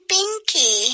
Pinky